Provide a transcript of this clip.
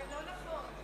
זה לא נכון.